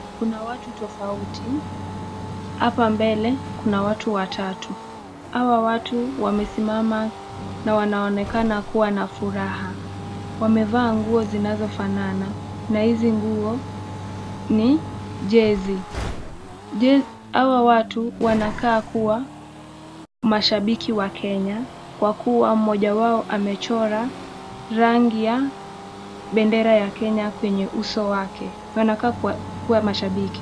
Kuna watu tofauti. Hapa mbele kuna watu watatu, hawa watu wamesimama na wanaonekana kuwa na furaha. Wamevaa nguo zinazofanana na hizi nguo ni jezi. Hawa watu wanakaa kuwa mashabiki wa Kenya, kwa kuwa mmoja wao amechora rangi ya bendera ya Kenya kwenye uso wake. Wanakaa kuwa mashabiki.